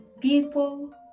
people